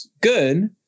good